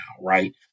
right